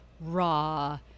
raw